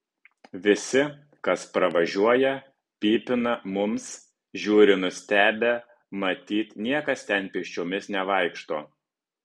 visi kas pravažiuoja pypina mums žiūri nustebę matyt niekas ten pėsčiomis nevaikšto